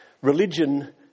Religion